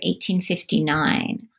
1859